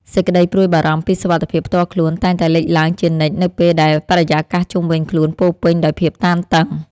សេចក្តីព្រួយបារម្ភពីសុវត្ថិភាពផ្ទាល់ខ្លួនតែងតែលេចឡើងជានិច្ចនៅពេលដែលបរិយាកាសជុំវិញខ្លួនពោរពេញដោយភាពតានតឹង។